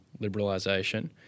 liberalisation